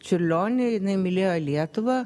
čiurlionį jinai mylėjo lietuvą